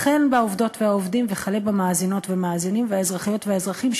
החל בעובדות והעובדים וכלה במאזינות והמאזינים והאזרחיות והאזרחים,